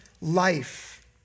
life